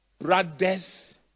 brothers